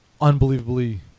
unbelievably